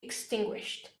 extinguished